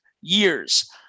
years